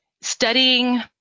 studying